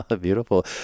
Beautiful